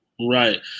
Right